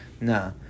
nah